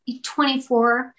24